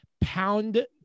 pound